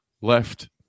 left